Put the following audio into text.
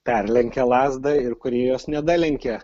perlenkia lazdą ir kurie jos nedalenkia